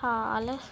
ਹਾਲ